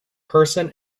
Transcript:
person